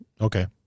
Okay